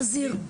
חזיר.